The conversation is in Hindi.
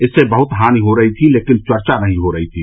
इससे बहुत हानि हो रही थी लेकिन चर्चा नहीं हो रही थी